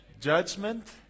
Judgment